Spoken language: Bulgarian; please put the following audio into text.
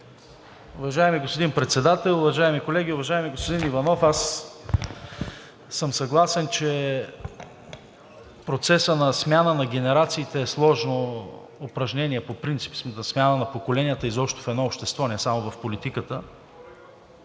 Уважаеми господин Председател, уважаеми колеги! Уважаеми господин Иванов, аз съм съгласен, че процесът на смяна на генерациите е сложно упражнение, по принцип смяната на поколенията изобщо в едно общество, а не само в политиката.